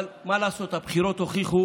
אבל מה לעשות, הבחירות הוכיחו